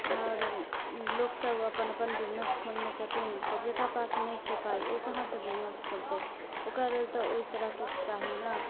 आओर लोकसब अपन अपन बिजनेस खोलने छथिन तऽ जकरा पास नहि छै पाइ ओ कहाँसँ बिजनेस खोलतै ओकरा लेल तऽ ओइ तरहके चाही ने